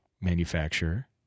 manufacturer